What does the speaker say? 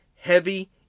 heavy